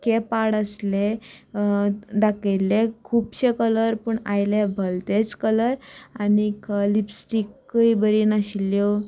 पाड आसले दाखयले खुबशे कलर पूण आयले भलतेच कलर आनीक लिप्स्टिकय बरी नाशिल्ल्यो